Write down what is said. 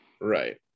right